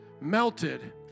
melted